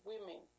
women